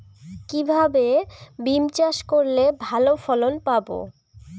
কিভাবে বিম চাষ করলে ভালো ফলন পাব?